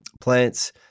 plants